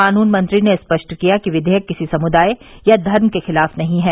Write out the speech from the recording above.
कानून मंत्री ने स्पष्ट किया कि विघेयक किसी समुदाय या धर्म के खिलाफ नहीं है